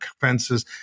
fences